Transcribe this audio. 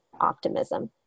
optimism